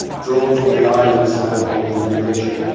drawn from the islands now called indonesia.